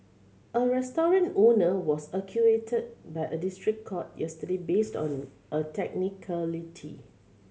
a restaurant owner was acquitted by a district court yesterday based on a technicality